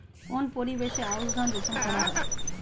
কোন পরিবেশে আউশ ধান রোপন করা হয়?